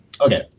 okay